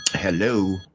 Hello